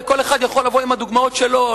כל אחד יכול לבוא עם הדוגמאות שלו,